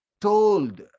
told